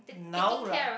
now lah